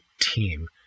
team